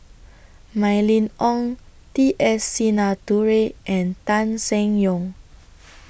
Mylene Ong T S Sinnathuray and Tan Seng Yong